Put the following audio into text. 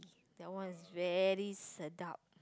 that one is very sedap